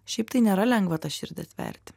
šiaip tai nėra lengva tą širdį atverti